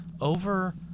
over